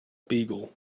beagle